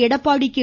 Edappadi K